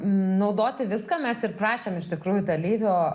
naudoti viską mes ir prašėm iš tikrųjų dalyvio